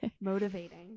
motivating